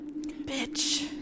Bitch